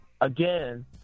again